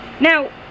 Now